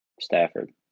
Stafford